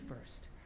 first